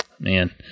Man